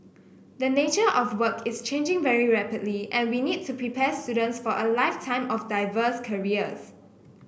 the nature of work is changing very rapidly and we need to prepare students for a lifetime of diverse careers